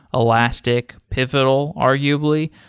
elastic, pivotal arguably.